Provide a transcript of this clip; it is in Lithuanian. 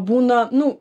būna nu